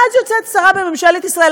ואז יוצאת שרה בממשלת ישראל,